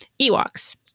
Ewoks